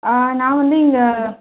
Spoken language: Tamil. நான் வந்து இங்கே